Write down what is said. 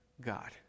god